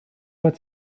what